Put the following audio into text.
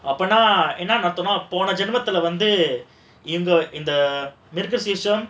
அப்போனா என்ன அர்த்தம்ன்னா போன ஜென்மத்துல வந்து இந்த இந்த மிருகசீரிஷம்:apponaa enna arthamnaa pona jenmathula vandhu indha indha mirukaseerisam